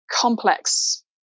Complex